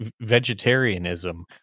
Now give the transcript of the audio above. vegetarianism